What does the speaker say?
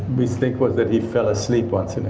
mistake was that he fell asleep once and